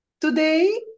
Today